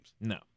No